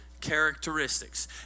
characteristics